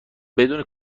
بدون